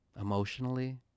emotionally